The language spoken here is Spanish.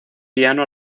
piano